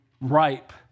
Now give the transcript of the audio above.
Ripe